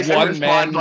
one-man